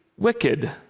Wicked